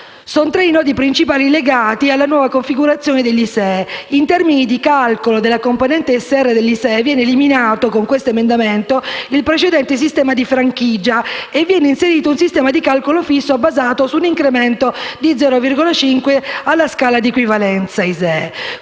Sono tre i nodi principali legati alla nuova configurazione dell'ISEE. In termini di calcolo della componente ISR dell'ISEE, viene eliminato con questo emendamento il precedente sistema di franchigia e viene inserito un sistema di calcolo fisso basato su un incremento di 0,5 alla scala di equivalenza ISEE.